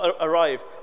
arrive